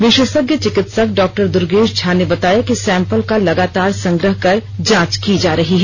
विशेषज्ञ चिकित्सक डॉ दुर्गेश झा ने बताया कि सैंपल का लगातार संग्रह कर जांच की जा रही है